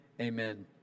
Amen